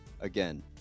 again